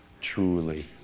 truly